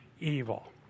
evil